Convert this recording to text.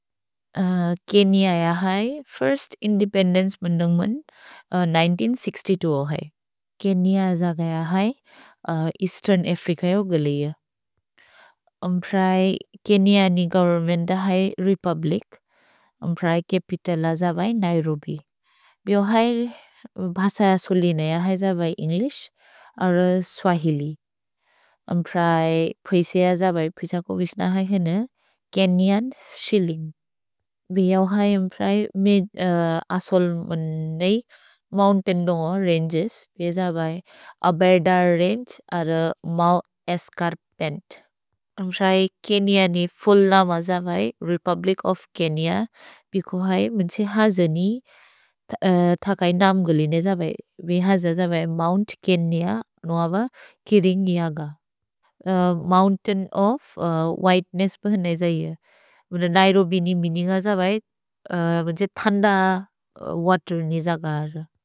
Kenya य है first independence म्न्दुन्ग्मन् हज़ार नौ सौ साठ दो हो है। केन्य अज गय है एअस्तेर्न् अफ्रिच यो गलेये। अम् प्रए केन्यनि गोवेर्न्मेन्त् द है रेपुब्लिच्। अम् प्रए चपितल् अज बै नैरोबि। भिहो है भस असोले न य है ज बै एन्ग्लिश्। अरो स्वहिलि। अम् प्रए प्वेसे अज बै प्वेसे को विस्न है केने केन्यन् शिल्लिन्ग्। भिहो है अम् प्रए मिद् असोले म्न्दुन्ग्मन् नै मोउन्तैन् दुन्ग रन्गेस्। भेज बै अबेर्दर् रन्गे। अरो मौ एस्चर्प्मेन्त्। अम् प्रए केन्यनि फुल्ल् न मज बै रेपुब्लिच् ओफ् केन्य। भिहो है म्न्से हज नि थकै नाम् गलेने ज बै। भिह ज ज बै मोउन्त् केन्य। नुअव किरिन् यग। Mountain of whiteness. नैरोबि नि मेअनिन्ग् अज बै थन्द वतेर् नि जक।